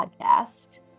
podcast